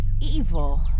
Evil